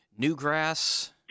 newgrass